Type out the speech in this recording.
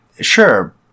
Sure